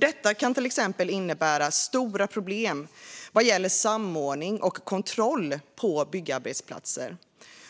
Detta kan till exempel innebära stora problem vad gäller samordning och kontroll på byggarbetsplatser.